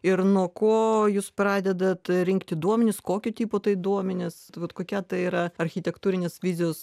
ir nuo ko jūs pradedat rinkti duomenis kokio tipo tai duomenys tai vat kokia tai yra architektūrinės vizijos